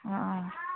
ꯑꯥ ꯑꯥ